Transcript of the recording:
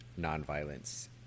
nonviolence